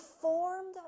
formed